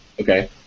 okay